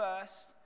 first